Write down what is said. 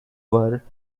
were